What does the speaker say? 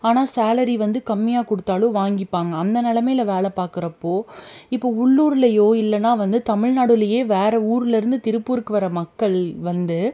ஆனால் சேலரி வந்து கம்மியாக கொடுத்தாலும் வாங்கிப்பாங்க அந்த நிலைமைல வேலை பார்க்கறப்போ இப்போது உள்ளூர்லையோ இல்லைனா வந்து தமிழ்நாடுலேயே வேறு ஊர்லிருந்து திருப்பூருக்கு வர மக்கள் வந்து